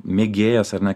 mėgėjas ar ne